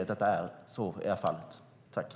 I detta anförande instämde Björn Söder .